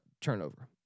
turnover